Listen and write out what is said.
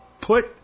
put